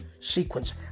sequence